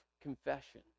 confession